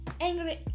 angry